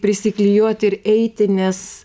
prisiklijuot ir eiti nes